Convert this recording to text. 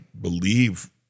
believe